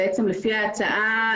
לפי ההצעה,